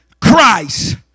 Christ